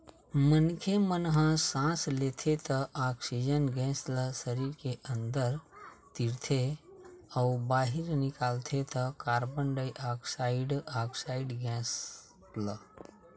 मनखे मन ह सांस लेथे त ऑक्सीजन गेस ल सरीर के अंदर तीरथे अउ बाहिर निकालथे त कारबन डाईऑक्साइड ऑक्साइड गेस ल